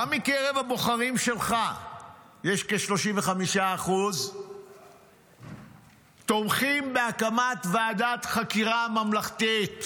גם מקרב הבוחרים שלך יש כ-35% תומכים בהקמת ועדת חקירה ממלכתית.